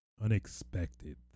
unexpected